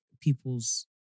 people's